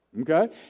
Okay